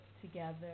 together